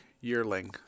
yearling